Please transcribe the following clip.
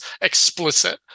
explicit